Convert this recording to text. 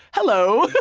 hello.